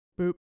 boop